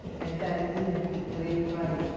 entire event with great pride.